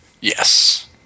Yes